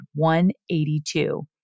182